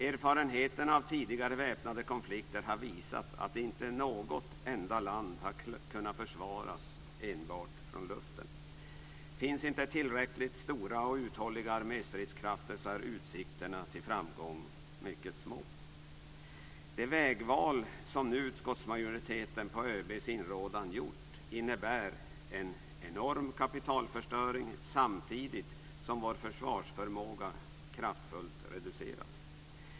Erfarenheterna av tidigare väpnade konflikter har visat att inte något enda land har kunnat försvaras enbart från luften. Om det inte finns tillräckligt stora och uthålliga arméstridskrafter är utsikterna till framgång mycket små. Det vägval som utskottsmajoriteten nu på ÖB:s inrådan gjort innebär en enorm kapialförstöring samtidigt som vår försvarsförmåga kraftfullt reduceras.